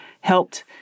helped